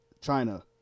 China